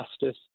justice